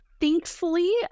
Thankfully